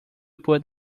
put